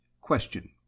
question